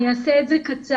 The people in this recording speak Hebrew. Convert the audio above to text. אני אעשה את זה קצר.